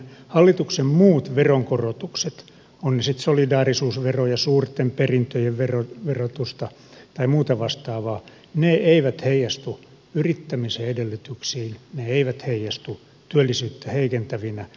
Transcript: hallituksen muut veronkorotukset ovat ne sitten solidaarisuusveroja suurten perintöjen verotusta tai muuta vastaavaa eivät heijastu yrittämisen edellytyksiin ne eivät heijastu työllisyyttä heikentävinä